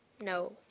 No